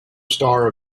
star